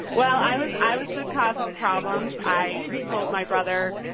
well, i was i was the cause of the problem. i told my brother,